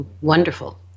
Wonderful